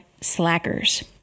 Slackers